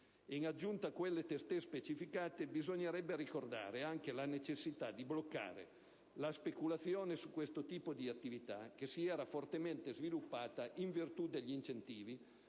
in aggiunta a quelle testé specificate, bisognerebbe anche ricordare la necessità di bloccare la speculazione su questo tipo di attività, che si era fortemente sviluppata in virtù degli incentivi,